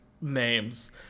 names